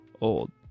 old